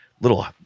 little